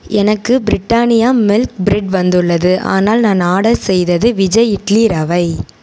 எனக்கு Britannia milk bread வந்துள்ளது ஆனால் நான் ஆர்டர் செய்தது விஜய் இட்லி ரவை